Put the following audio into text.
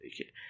Okay